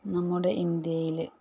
നമ്മുടെ ഇന്ത്യയിൽ